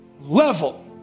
level